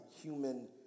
human